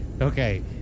Okay